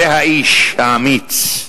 זה האיש האמיץ,